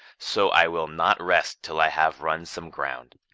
so i will not rest till i have run some ground.